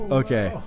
okay